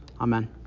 Amen